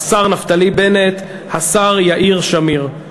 השר נפתלי בנט והשר יאיר שמיר.